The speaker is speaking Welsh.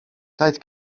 daeth